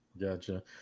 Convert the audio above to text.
gotcha